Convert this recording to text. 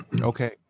Okay